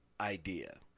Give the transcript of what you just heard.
idea